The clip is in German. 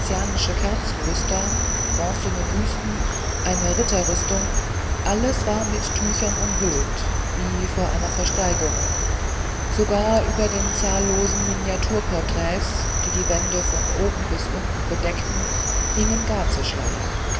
venezianische kerzenluster bronzene büsten eine ritterrüstung alles war mit tüchern umhüllt wie vor einer versteigerung sogar über den zahllosen miniaturporträts die die wände von oben bis unten bedeckten hingen gazeschleier